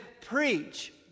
preach